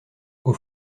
aux